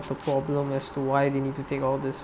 the problem as to why they need to take all these